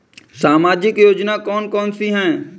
सामाजिक योजना कौन कौन सी हैं?